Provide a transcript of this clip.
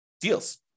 deals